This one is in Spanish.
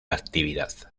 actividad